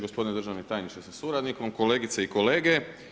Gospodine državni tajniče sa suradnikom, kolegice i kolege.